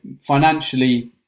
financially